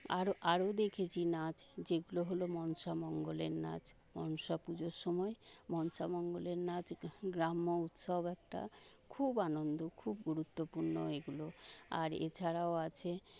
আর আরও দেখেছি নাচ যেগুলো হল মনসামঙ্গলের নাচ মনসাপুজোর সময় মনসামঙ্গলের নাচ গ্রাম্য উৎসব একটা খুব আনন্দ খুব গুরুত্বপূর্ণ এগুলো আর এছাড়াও আছে